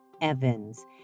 Evans